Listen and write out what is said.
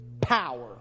power